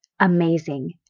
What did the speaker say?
amazing